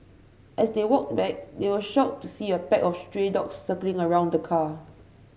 as they walked back they were shocked to see a pack of stray dogs circling around the car